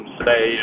say